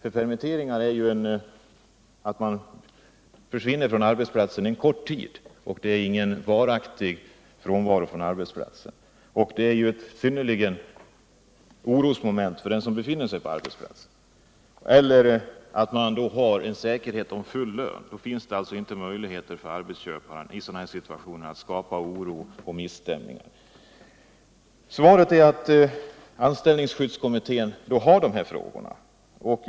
En permittering innebär att man försvinner från arbetsplatsen under en kort tid; den innebär ett stort orosmoment i arbetet. Ett annat sätt är att det skapas säkerhet för full lön under permitteringar. Då har arbetsköparna i en sådan här situation inga möjligheter att skapa oro och misstämning. Arbetsmarknadsministerns svar är att anställningsskyddskommittén redan har i uppdrag att utreda den här frågan.